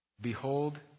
Behold